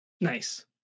Nice